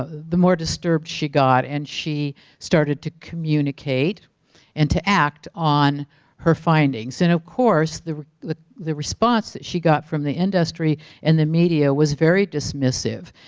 ah the more disturbed she got and she started to communicate and to act on her findings and of course the the response that she got from the industry and the media was very dismissive.